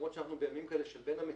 למרות שאנחנו בימים של בין המייצרים,